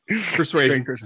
Persuasion